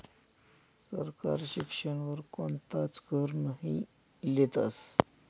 सरकार शिक्षण वर कोणताच कर नही लेतस